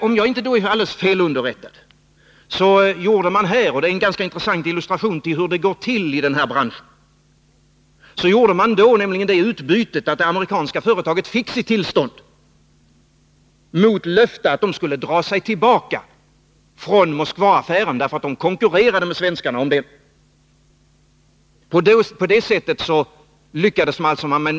Om jag inte är alldeles fel underrättad, gjorde man här — det är en ganska intressant illustration till hur det går till i denna bransch — det utbytet att det amerikanska företaget fick sitt tillstånd mot löftet att företaget skulle dra sig tillbaka från Moskvaaffären. Man konkurrerade nämligen med svenskarna där.